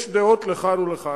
יש דעות לכאן ולכאן.